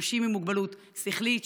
נשים עם מוגבלות שכלית,